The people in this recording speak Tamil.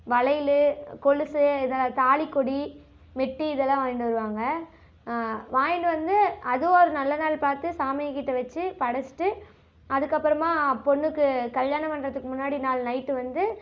வளையல் கொலுசு இதனா தாலிக்கொடி மெட்டி இதெல்லாம் வாங்கிட்டு வருவாங்க வாங்கிட்டு வந்து அது ஒரு நல்ல நாள் பார்த்து சாமிக்கிட்ட வச்சு படச்சிவிட்டு அதற்கப்பறமா பொண்ணுக்கு கல்யாணம் பண்ணுறத்துக்கு முன்னாடி நாள் நைட்டு வந்து